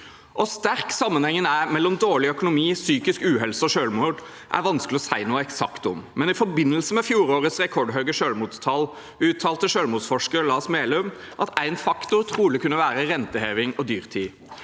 sterk sammenhengen er mellom dårlig økonomi, psykisk uhelse og selvmord, er vanskelig å si noe eksakt om, men i forbindelse med fjorårets rekordhøye selvmordstall uttalte selvmordsforsker Lars Mehlum at en faktor trolig kunne være renteheving og dyrtid.